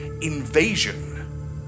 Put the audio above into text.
invasion